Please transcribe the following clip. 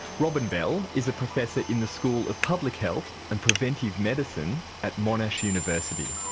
robin bell is a professor in the school of public health and preventive medicine at monash university.